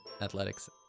athletics